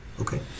Okay